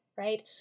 right